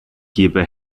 gebe